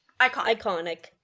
Iconic